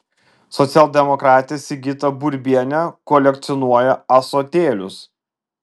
socialdemokratė sigita burbienė kolekcionuoja ąsotėlius